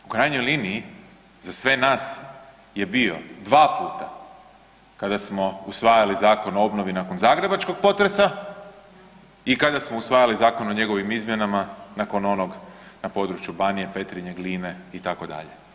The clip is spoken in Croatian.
U krajnjoj liniji za sve nas je bio dva puta kada smo usvajali Zakon o obnovi nakon zagrebačkog potresa i kada smo usvajali Zakon o njegovim izmjenama nakon onoga na području Banije, Petrinje, Gline itd.